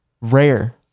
rare